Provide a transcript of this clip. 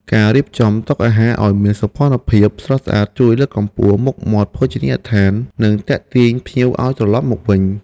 ការរៀបចំតុអាហារឱ្យមានសោភ័ណភាពស្រស់ស្អាតជួយលើកកម្ពស់មុខមាត់ភោជនីយដ្ឋាននិងទាក់ទាញឱ្យភ្ញៀវត្រឡប់មកវិញ។